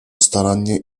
starannie